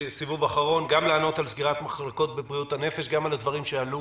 אני מבקש שתעני גם על סגירת מחלקות בבריאות הנפש וגם על הדברים שעלו